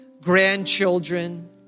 grandchildren